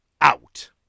out